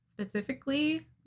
specifically